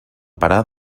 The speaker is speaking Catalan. parar